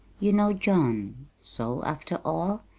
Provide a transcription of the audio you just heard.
you know john, so, after all,